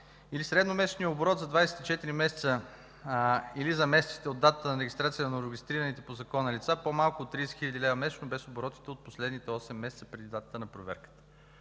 или средномесечният оборот за 24 месеца, или за месеците от датата на регистрация за новорегистрирани по закона лица, по-малко от 30 хил. лв. месечно без оборотите от последните осем месеца преди датата на проверката.